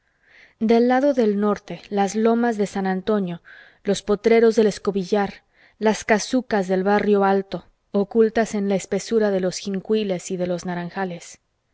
del lado del norte las lomas de san antonio los potreros del escobillar las casucas del barrio alto ocultas en la espesura de los jinicuiles y de los naranjales